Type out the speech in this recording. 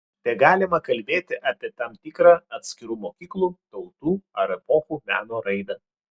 tegalima kalbėti apie tam tikrą atskirų mokyklų tautų ar epochų meno raidą